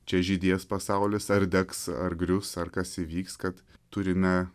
čia žydės pasaulis ar degs ar grius ar kas įvyks kad turime